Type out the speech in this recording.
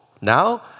Now